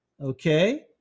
Okay